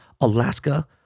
Alaska